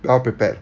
well prepared